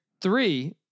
three